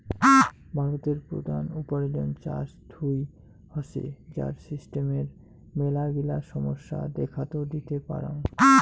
ভারতের প্রধান উপার্জন চাষ থুই হসে, যার সিস্টেমের মেলাগিলা সমস্যা দেখাত দিতে পারাং